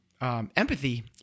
empathy